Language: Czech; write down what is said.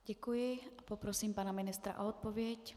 Děkuji a poprosím pana ministra o odpověď.